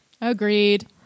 agreed